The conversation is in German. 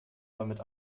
damit